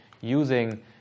using